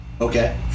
okay